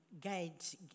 guides